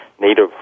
native